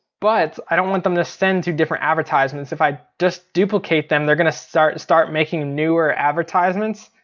but i don't want them to send two different advertisements. if i just duplicate them they're gonna start start making newer advertisements,